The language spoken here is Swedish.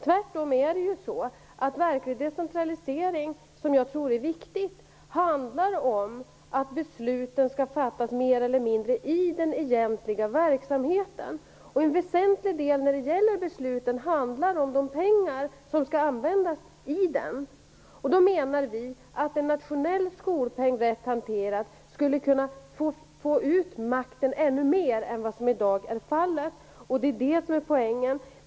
Tvärtom är det så att verklig decentralisering, som jag tror är viktig, handlar om att besluten skall fattas mer eller mindre i den egentliga verksamheten. En väsentlig del när det gäller besluten handlar nog om pengar som skall användas i verksamheten. Då menar vi att en nationell skolpeng rätt hanterad skulle kunna få ut makten ännu mer än vad som i dag är fallet. Detta är poängen.